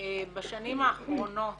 בשנים האחרונות